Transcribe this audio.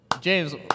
James